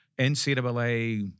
NCAA